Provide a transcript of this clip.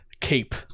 cape